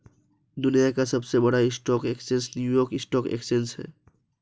दुनिया का सबसे बड़ा stock exchange New York stock exchange है